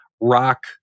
rock